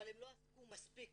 אבל הם לא עסקו מספיק